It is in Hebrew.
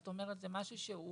זאת אומרת שזה משהו,